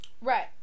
Right